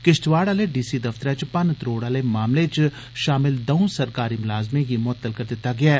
किश्तवाड़ आह्ले डीसी दफ्तरै च भन्न त्रोड़ आह्ले मामले च शामिल दौं सरकारी मुलाजमें गी मुअत्तल कीता गेआ ऐ